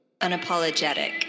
Unapologetic